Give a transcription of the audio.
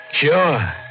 Sure